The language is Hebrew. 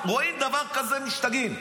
רואים דבר כזה, משתגעים.